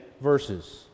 verses